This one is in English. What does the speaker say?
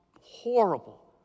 horrible